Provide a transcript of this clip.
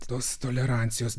tos tolerancijos